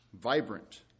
Vibrant